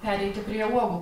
pereiti prie uogų